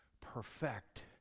perfect